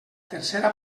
tercera